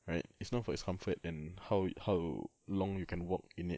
right is known for its comfort and how how long you can walk in it